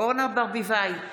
אורנה ברביבאי,